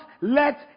let